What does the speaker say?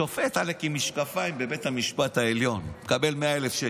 שופט עלק עם משקפיים בבית המשפט העליון מקבל 100,000 שקל,